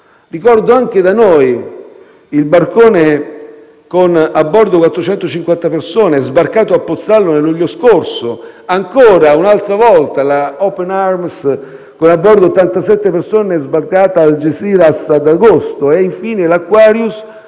Ricordo anche da noi il barcone con a bordo 450 persone, sbarcate a Pozzallo nel luglio scorso. Ancora, un'altra volta, la Open Arms, con a bordo 87 persone, sbarcate ad Algeciras ad agosto. Infine, l'Aquarius,